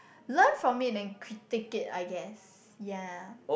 learn from it and critic it I guess yea